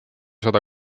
sada